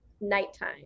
nighttime